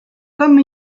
comme